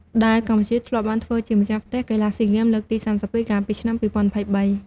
ដែលកម្ពុជាធ្លាប់បានធ្វើជាម្ចាស់ផ្ទះកីឡាស៊ីហ្គេមលើកទី៣២ កាលពីឆ្នាំ២០២៣។